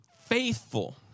Faithful